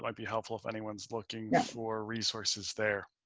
like be helpful if anyone's looking for resources there.